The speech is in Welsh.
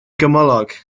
gymylog